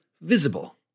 visible